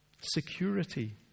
Security